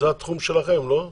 זה התחום שלכם, לא?